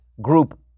group